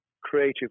creative